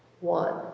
one